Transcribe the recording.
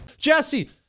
jesse